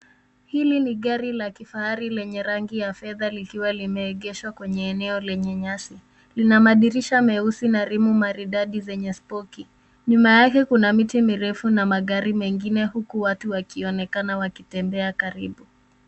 Hili ni gari la kifahari lenye rangi ya fedha likiwa limeegeshwa kwenye eneo lenye nyasi. Lina madirisha meusi na rimu maridadi zenye spoki. Nyuma yake kuna miti mirefu na magari mengine huku watu wakionekana wakitembea karibu.